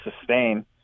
sustain